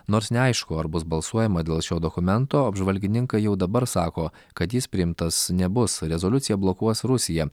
nors neaišku ar bus balsuojama dėl šio dokumento apžvalgininkai jau dabar sako kad jis priimtas nebus rezoliuciją blokuos rusija